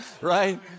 right